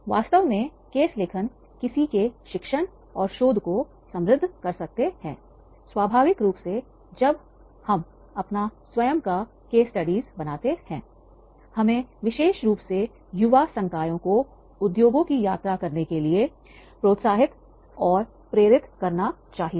वास्तव में केस लेखन किसी के शिक्षण और शोध को समृद्ध कर सकते हैं स्वाभाविक रूप से जब हम अपना स्वयं का केस स्टडीज बनाते हैं हमें विशेष रूप से युवा शिक्षा संकायों को उद्योगों की यात्रा करने के लिए प्रोत्साहित और प्रेरित करना चाहिए